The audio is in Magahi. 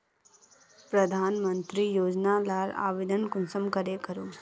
प्रधानमंत्री योजना लार आवेदन कुंसम करे करूम?